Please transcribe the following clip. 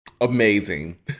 Amazing